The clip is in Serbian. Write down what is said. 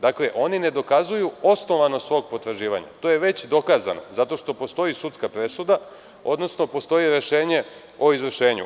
Dakle, oni ne dokazuju osnovanost svog potraživanja, to je već dokazano zato što postoji sudska presuda, odnosno postoji rešenje o izvršenju.